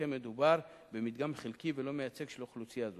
שכן מדובר במדגם חלקי ולא מייצג של אוכלוסייה זו.